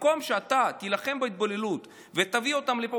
במקום שאתה תילחם בהתבוללות ותביא אותם לפה,